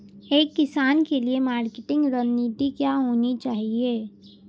एक किसान के लिए मार्केटिंग रणनीति क्या होनी चाहिए?